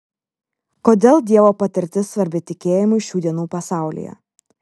kodėl dievo patirtis svarbi tikėjimui šių dienų pasaulyje